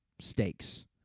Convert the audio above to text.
stakes